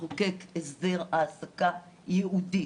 לחוקק הסדר העסקה ייעודית,